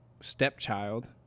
stepchild